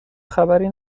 خبری